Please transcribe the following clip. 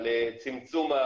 על צמצום,